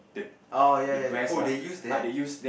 oh ya ya that oh they use that